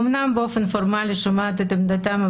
אומנם באופן פורמלי שומעת את עמדתם,